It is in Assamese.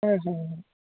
হয় হয় হয়